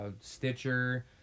Stitcher